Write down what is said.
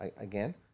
again